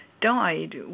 died